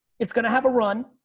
it's gonna have a run.